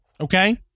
Okay